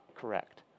correct